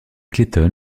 clayton